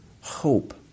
hope